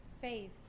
face